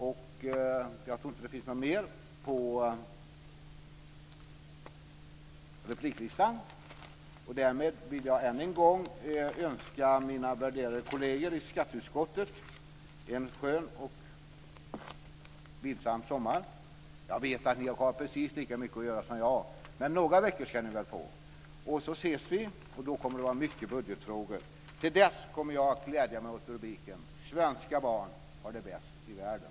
Jag tror inte att det finns någon mer på repliklistan. Därmed vill jag än en gång önska mina värderade kolleger i skatteutskottet en skön och vilsam sommar. Jag vet att ni har precis lika mycket att göra som jag, men några veckors ledighet ska ni väl få. Sedan ses vi, och då kommer det att vara mycket budgetfrågor. Till dess kommer jag att glädja mig åt rubriken Svenska barn har det bäst i världen.